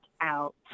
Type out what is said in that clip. out